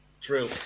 True